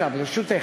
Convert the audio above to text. אז עוד דקה, ברשותך.